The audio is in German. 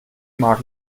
mag